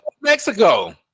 Mexico